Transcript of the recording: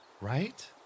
right